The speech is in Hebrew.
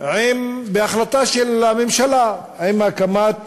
בהחלטה של הממשלה, עם הקמת